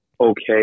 okay